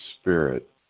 spirit